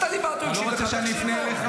אתה דיברת, הוא הקשיב לך, תקשיב לו.